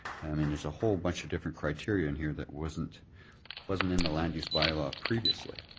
i mean there's a whole bunch of different criteria in here that wasn't wasn't in the land use bylaw previously.